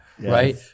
Right